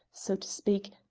so to speak,